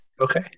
Okay